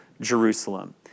Jerusalem